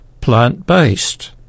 plant-based